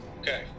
Okay